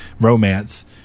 romance